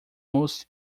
most